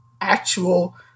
actual